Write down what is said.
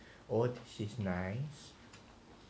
oh she's nice